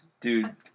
Dude